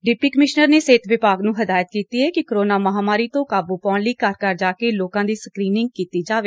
deputy commissioner ਨੇ ਸਿਹਤ ਵਿਭਾਗ ਨੂੰ ਹਦਾਇਤ ਕੀਤੀ ਏ ਕਿ ਕੋਰੋਨਾ ਮਹਾਂਮਾਰੀ ਤੇ ਕਾਬੂ ਪਾਉਣ ਲਈ ਘਰ ਘਰ ਜਾ ਕੇ ਲੋਕਾਂ ਦੀ ਸਕਰੀਨਿੰਗ ਕੀਤੀ ਜਾਵੇ